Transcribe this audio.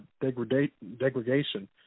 degradation